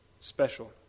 Special